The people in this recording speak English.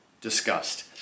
discussed